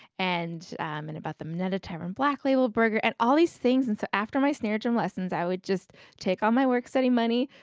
and and about the minetta tavern black label burger, and all of these things. and so after my snare drum lessons, i would just take all my work study money,